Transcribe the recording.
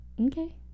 okay